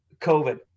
COVID